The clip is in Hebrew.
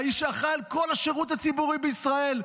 האיש שאחראי על כל השירות הציבורי בישראל,